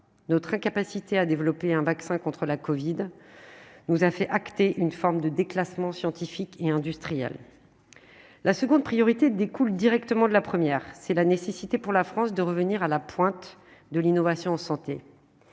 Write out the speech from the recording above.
notre incapacité à développer un vaccin contre la Covid nous a fait acter une forme de déclassement scientifique et industriel, la seconde priorité découle directement de la première, c'est la nécessité pour la France de revenir à la pointe de l'innovation santé